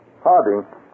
Harding